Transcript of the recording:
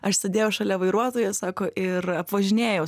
aš sėdėjau šalia vairuotojo sako ir apvažinėjau